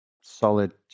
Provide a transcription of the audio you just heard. solid